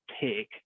take